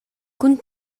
cun